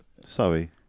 Sorry